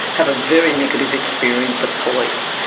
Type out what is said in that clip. have a very negative experience of police.